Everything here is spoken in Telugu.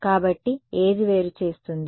కాబట్టి ఏది వేరు చేస్తుంది